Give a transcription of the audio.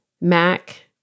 Mac